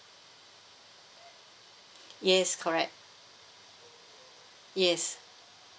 yes correct yes